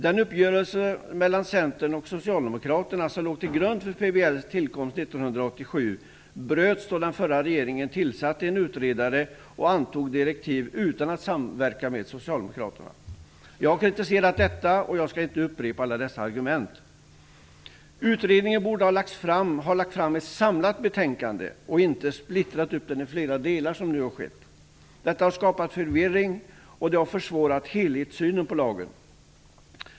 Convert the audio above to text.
Den uppgörelse mellan Centern och Socialdemokraterna som låg till grund för PBL:s tillkomst 1987 bröts då den förra regeringen tillsatte en utredare och antog direktiv utan att samverka med Socialdemokraterna. Jag har kritiserat detta, och jag skall inte upprepa alla dessa argument. Utredningen borde ha lagt fram ett samlat betänkande och inte splittrat upp det i flera delar som nu har skett. Detta har skapat förvirring, och det har försvårat helhetssynen på lagen.